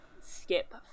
Skip